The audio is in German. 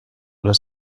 oder